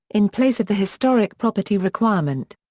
in place of the historic property requirement.